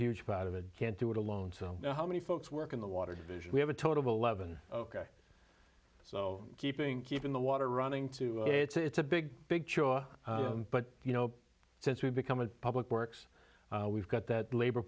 huge part of it can't do it alone so how many folks work in the water division we have a total levon ok so keeping keeping the water running too it's a it's a big big chore but you know since we've become a public works we've got that labor